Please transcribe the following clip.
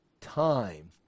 time